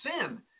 sin